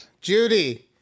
Judy